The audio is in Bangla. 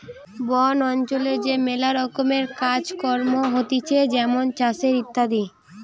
বন অঞ্চলে যে ম্যালা রকমের কাজ কম হতিছে যেমন চাষের ইত্যাদি